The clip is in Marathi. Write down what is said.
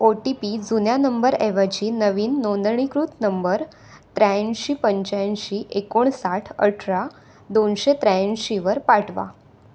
ओ टी पी जुन्या नंबरऐवजी नवीन नोंदणीकृत नंबर त्र्याऐंशी पंच्याऐंशी एकोणसाठ अठरा दोनशे त्र्याऐंशीवर पाठवा